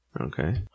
Okay